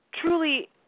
truly